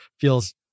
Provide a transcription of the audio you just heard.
feels